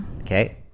Okay